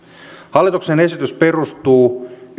hallituksen esitys perustuu